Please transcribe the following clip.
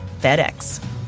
FedEx